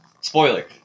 spoiler